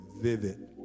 vivid